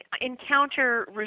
encounter